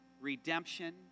redemption